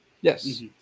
Yes